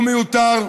הוא מיותר,